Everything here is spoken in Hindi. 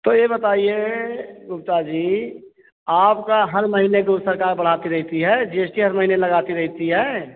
तो यह बताइए गुप्ता जी आपका हर महीने से जो सरकार बढ़ती रहती है जी एस टी हर महीने लगाती रहती है